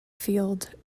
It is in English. field